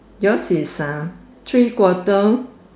yours is uh three quarter